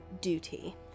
duty